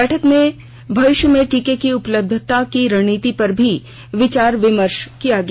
बैठक में भविष्य में टीके की उपलब्धता की रणनीति पर भी विचार विमर्श किया गया